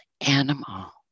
animal